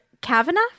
Kavanaugh